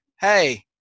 hey